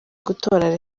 gutora